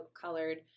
colored